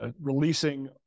releasing